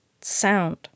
sound